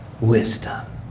wisdom